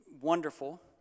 wonderful